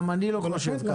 גם אני לא חושב כך.